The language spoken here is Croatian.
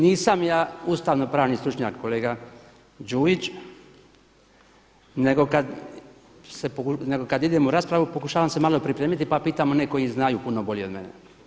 Nisam ja ustavno pravni stručnjak kolega Đujić, nego kad idem u raspravu pokušavam se malo pripremiti, pa pitam one koji znaju puno bolje od mene.